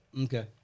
Okay